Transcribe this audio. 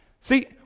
See